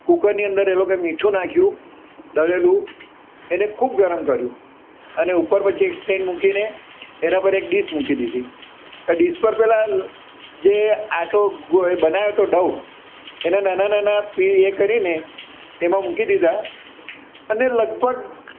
કુકરની અંદર એ લોકોએ મીઠું નાખ્યું દળેલું એને ખૂબ ગરમ કર્યું અને ઉપર પછી એક સ્ટેન્ડ મૂકીને એના પર એક ડીશ મૂકી દીધી પણ ડીશ પર પહેલાં જે આટો ગુ જે બનાવ્યો હતો ડૉ એના નાના નાના પહેલાં એ કરીને એમાં મુકી દીધા અને લગભગ